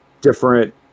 different